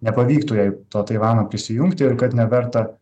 nepavyktų jai to taivano prisijungti ir kad neverta